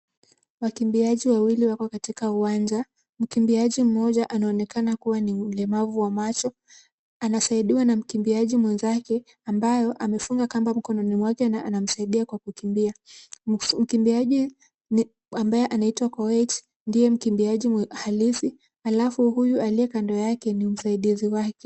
Wakimbiaji wawili wako katika uwanja. Mkimbiaji mmoja anaonekana kuwa ni mlemavu wa macho. Anasaidiwa na mkimbiaji mwenzake, ambaye amefunga kamba mkononi mwake na anamsaidia kwa kukimbia. Mkimbiaji ambaye anaitwa Koech, ndiye mkimbiaji halisi, alafu huyu aliye kando yake, ni msaidizi wake.